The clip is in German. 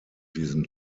diesem